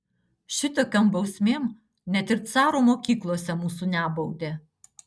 šitokiom bausmėm net ir caro mokyklose mūsų nebaudė